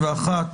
התשפ"ב-2021,